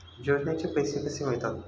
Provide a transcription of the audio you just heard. योजनेचे पैसे कसे मिळतात?